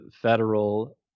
federal